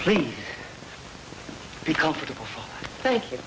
please be comfortable thank you